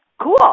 Cool